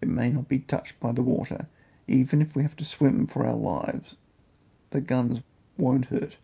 it may not be touched by the water even if we have to swim for our lives the guns won't hurt